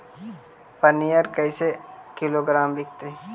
पनिर कैसे किलोग्राम विकतै?